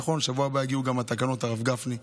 נכון, בשבוע הבא יגיעו גם התקנות, הרב גפני,